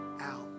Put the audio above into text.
out